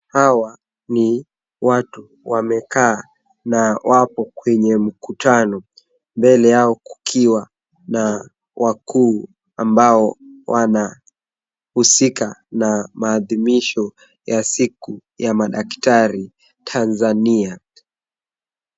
Hawa ni watu wamekaa na wapo kwenye mkutano mbele yao kukiwa na wakuu ambao wanahusika na maadhibisho ya siku ya madaktari tanzania.